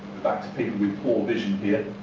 back to people with poor vision here.